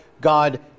God